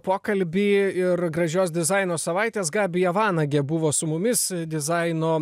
pokalbį ir gražios dizaino savaitės gabija vanagė buvo su mumis dizaino